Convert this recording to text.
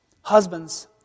Husbands